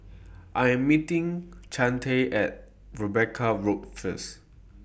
I Am meeting Chantel At Rebecca Road First